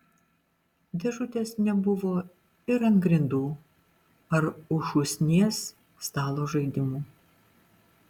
dėžutės nebuvo ir ant grindų ar už šūsnies stalo žaidimų